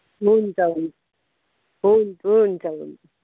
हुन्छ हुन्छ हुन्छ हुन्छ